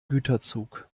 güterzug